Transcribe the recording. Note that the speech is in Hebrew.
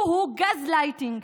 הוא-הוא גזלייטינג,